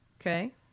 Okay